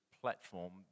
platform